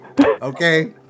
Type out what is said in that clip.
Okay